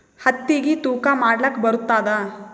ಹತ್ತಿಗಿ ತೂಕಾ ಮಾಡಲಾಕ ಬರತ್ತಾದಾ?